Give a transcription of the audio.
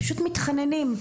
פשוט מתחננים.